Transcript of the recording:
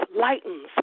lightens